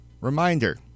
Reminder